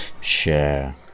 Share